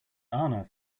arnav